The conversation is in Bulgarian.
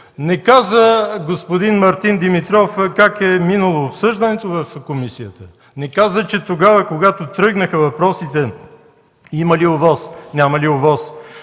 Не каза господин Мартин Димитров как е минало обсъждането в комисията. Не каза, че тогава, когато тръгнаха въпросите: има ли ОВОС, няма ли ОВОС,